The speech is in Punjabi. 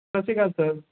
ਸਤਿ ਸ਼੍ਰੀ ਅਕਾਲ ਸਰ